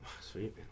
Sweet